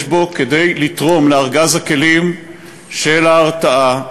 יש בו כדי לתרום לארגז הכלים של ההרתעה,